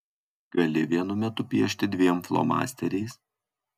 gali vienu metu piešti dviem flomasteriais